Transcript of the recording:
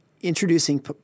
introducing